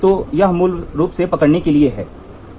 तो यह मूल रूप से पकड़ने के लिए है